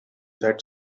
that